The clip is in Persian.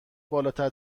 بالاتر